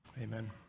Amen